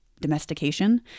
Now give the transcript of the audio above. domestication